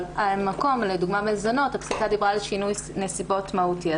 למשל במזונות הפסיקה דיברה על שינוי נסיבות מהותי,